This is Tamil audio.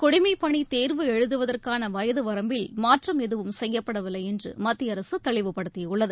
குடிமைப்பணி தேர்வு எழுதுவதற்கான வயது வரம்பில் மாற்றம் எதுவும் செய்யப்படவில்லை என்று மத்திய அரசு தெளிவுபடுத்தியுள்ளது